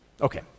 Okay